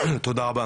תודה רבה.